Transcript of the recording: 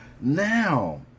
Now